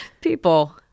People